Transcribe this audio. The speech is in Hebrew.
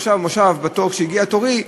עכשיו כשהגיע תורי,